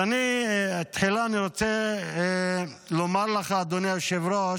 תחילה, אני רוצה לומר לך, אדוני היושב-ראש,